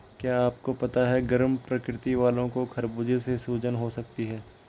क्या आपको पता है गर्म प्रकृति वालो को खरबूजे से सूजन हो सकती है?